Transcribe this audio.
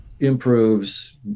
Improves